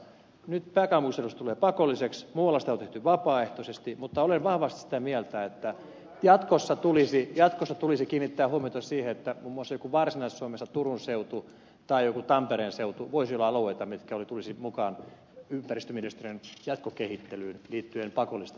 nyt pääkaupunkiseudulla se tulee pakolliseksi muualla sitä on tehty vapaaehtoisesti mutta olen vahvasti sitä mieltä että jatkossa tulisi kiinnittää huomiota siihen että muun muassa joku turun seutu varsinais suomessa tai joku tampereen seutu voisivat olla alueita jotka tulisivat mukaan pakollisen yleiskaavan jatkokehittelyyn ympäristöministeriössä